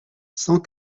cent